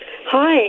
Hi